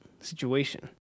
situation